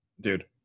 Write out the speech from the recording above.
dude